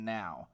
now